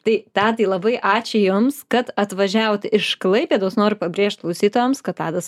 tai tadai labai ačiū jums kad atvažiavot iš klaipėdos noriu pabrėžt klausytojams kad tadas